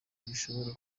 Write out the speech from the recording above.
bishobora